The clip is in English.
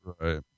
Right